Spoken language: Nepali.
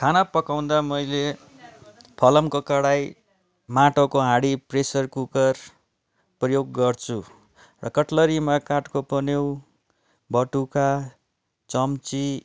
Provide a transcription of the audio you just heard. खाना पकाउँदा मैले फलामको कराई माटोको हाँडी प्रेसर कुकर प्रयोग गर्छु र कट्लरीमा काठको पन्यु बटुका चम्ची